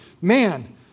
man